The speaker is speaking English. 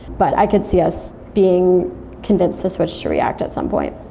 but i could see us being convinced to switch to react at some point